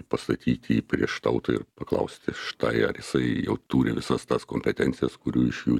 pastatyti jį prieš tautą ir paklausti štai ar jisai jau turi visas tas kompetencijas kurių iš jų